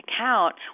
account